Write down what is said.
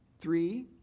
three